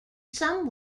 some